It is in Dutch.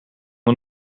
een